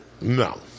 No